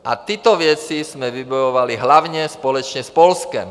A tyto věci jsme vybojovali hlavně společně s Polskem.